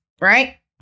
right